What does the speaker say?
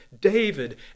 David